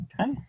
Okay